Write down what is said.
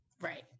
Right